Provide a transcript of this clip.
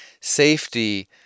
safety